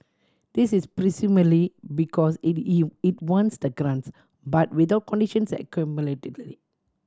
this is presumably because it it wants the grants but without conditions and accountability